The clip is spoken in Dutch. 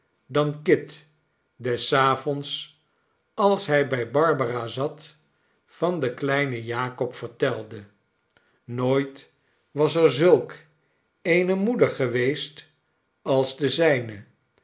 dan kit des avonds als hij bij barbara zat van den kleinen jakob vertelde nooit was er zulk eene moeder geweest als de zijne